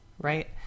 right